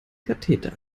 katheter